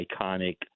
iconic